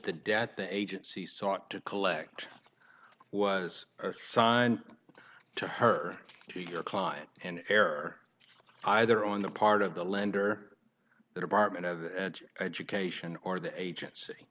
the debt the agency sought to collect was signed to her your client and error either on the part of the lender the department of education or the agency